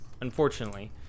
unfortunately